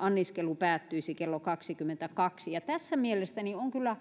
anniskelu päättyisi kello kaksikymmentäkaksi tässä mielestäni on kyllä